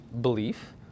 belief